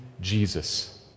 Jesus